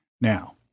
Now